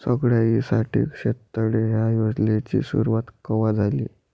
सगळ्याइसाठी शेततळे ह्या योजनेची सुरुवात कवा झाली?